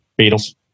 Beatles